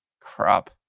crap